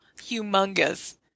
humongous